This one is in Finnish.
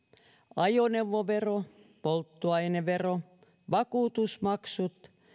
ajoneuvovero polttoainevero vakuutusmaksut